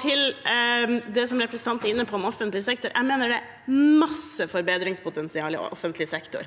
Til det som representanten er inne på om offentlig sektor: Jeg mener det er masse forbedringspotensial i offentlig sektor.